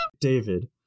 David